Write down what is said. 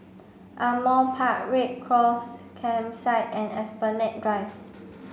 Ardmore Park Red Cross Campsite and Esplanade Drive